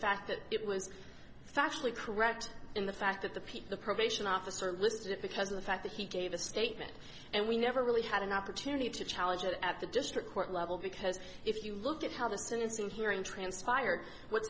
fact that it was factually correct in the fact that the people the probation officer listed it because of the fact that he gave a statement and we never really had an opportunity to challenge it at the district court level because if you look at how the sentencing hearing transpired what's